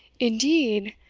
indeed!